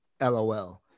LOL